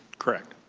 correct?